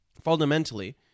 Fundamentally